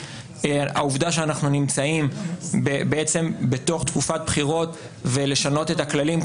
העובדה שאנחנו נמצאים בעצם בתוך תקופת בחירות ולשנות את הכללים,